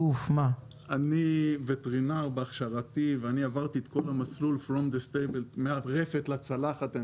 אני וטרינר בהכשרתי ועברתי את כל המסלול מהרפת לצלחת.